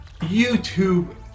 YouTube